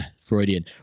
Freudian